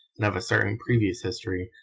and of a certain previous history,